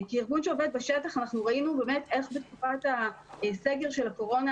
כארגון שעובד בשטח אנחנו ראינו איך בתקופת הסגר של הקורונה